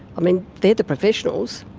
i mean, they are the professionals,